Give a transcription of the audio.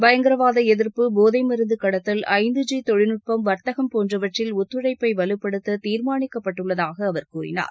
பயங்கரவாத எதிர்ப்பு போதை மருந்து கடத்தல் ஐந்து ஜி தொழில்நுட்பம் வர்தகம் போன்றவற்றில் ஒத்துழைப்பை வலுப்படுத்த தீர்மானிக்கப்பட்டுள்ளதாக அவர் கூறினார்